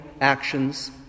actions